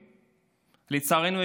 לצערנו,